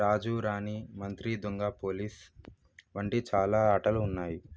రాజు రాణి మంత్రి దొంగ పోలీస్ వంటి చాలా ఆటలు ఉన్నాయి